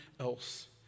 else